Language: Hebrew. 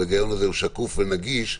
וההיגיון הזה הוא שקוף ונגיש,